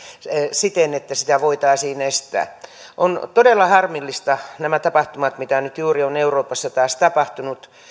siten että sitä voitaisiin estää ovat todella harmillista nämä tapahtumat joita nyt juuri on euroopassa taas tapahtunut